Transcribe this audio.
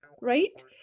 right